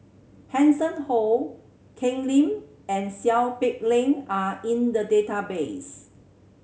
Hanson Ho Ken Lim and Seow Peck Leng are in the database